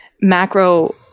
macro